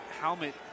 helmet